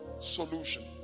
solution